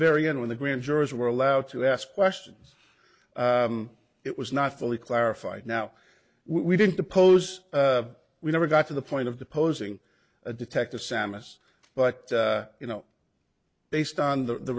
very end when the grand jurors were allowed to ask questions it was not fully clarified now we didn't depose we never got to the point of deposing a detective sammis but you know based on the